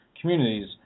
communities